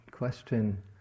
question